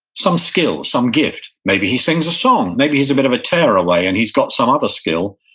some skill, some gift. maybe he sings a song, maybe he's a bit of a tearaway and he's got some other skill.